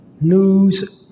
news